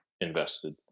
invested